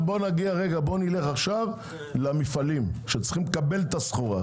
נלך למפעלים שצריכים לקבל את הסחורה.